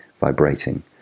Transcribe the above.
vibrating